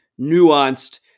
nuanced